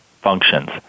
functions